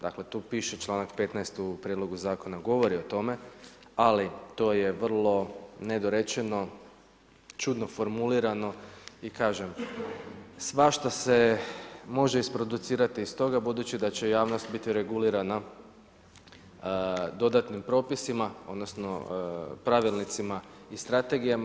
Dakle tu piše članak 15. u prijedlogu zakona govori o tome, ali to je vrlo nedorečeno, čudno formulirano i kažem svašta se može isproducirati iz toga budući da će javnost biti regulirana dodatnim propisima odnosno pravilnicima i strategijama.